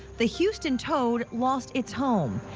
the houston toad lost its home.